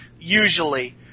usually